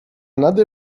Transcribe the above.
nade